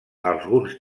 alguns